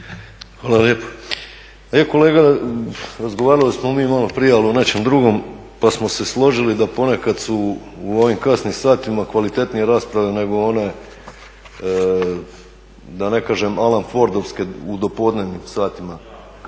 Hvala lijepo. Kolega, razgovarali smo mi malo prije ali o nečem drugom pa smo se složili da su ponekad u ovim kasnim satima kvalitetnije rasprave nego one da ne kažem Alan Fordovske u dopodnevnim satima,